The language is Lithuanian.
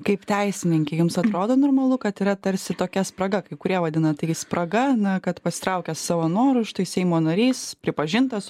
kaip teisininkei jums atrodo normalu kad yra tarsi tokia spraga kai kurie vadina tai spraga na kad pasitraukęs savo noru štai seimo narys pripažintas